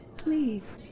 please,